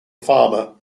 farmer